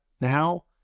now